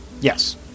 Yes